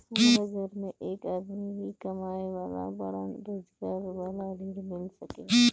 हमरा घर में एक आदमी ही कमाए वाला बाड़न रोजगार वाला ऋण मिल सके ला?